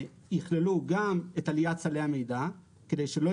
יכללו גם את עליית סלי המידע כדי שלא